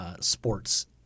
sports